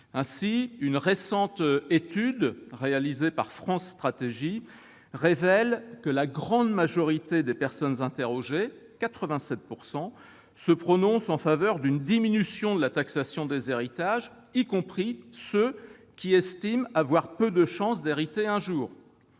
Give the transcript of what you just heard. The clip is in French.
Ainsi, une récente étude réalisée par France Stratégie révèle que « la grande majorité des personnes interrogées- 87 % -se prononce en faveur d'une diminution de la taxation des héritages », y compris ceux qui estiment avoir peu de chances d'hériter un jour.